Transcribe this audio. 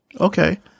Okay